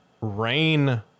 Rain